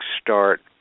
start